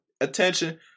attention